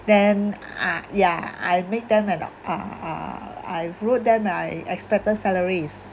then uh yeah I make them an uh uh I've wrote them my expected salaries